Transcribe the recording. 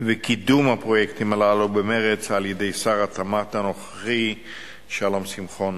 וקידום הפרויקטים הללו במרץ על-ידי שר התמ"ת הנוכחי שלום שמחון.